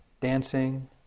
dancing